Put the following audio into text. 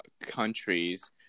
countries